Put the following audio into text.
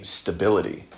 stability